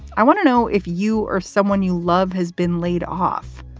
i want to know if you or someone you love has been laid off.